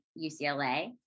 UCLA